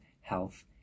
health